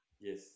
yes